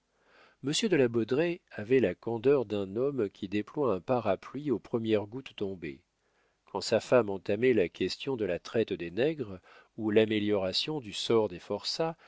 monsieur de la baudraye avait la candeur d'un homme qui déploie un parapluie aux premières gouttes tombées quand sa femme entamait la question de la traite des nègres ou l'amélioration du sort des forçats